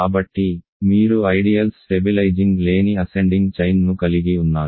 కాబట్టి మీరు ideals stabilising లేని అసెండింగ్ చైన్ ను కలిగి ఉన్నారు